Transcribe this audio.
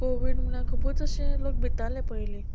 Covid म्हणल्या खुबूच अशें लोक भिताले पयलीं